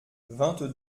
vingt